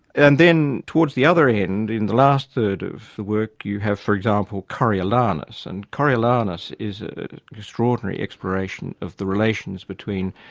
and then towards the other end, in the last third of the work you have, for example, coriolanus, and coriolanus is an extraordinary exploration of the relations between,